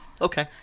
Okay